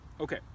okay